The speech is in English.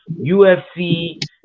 ufc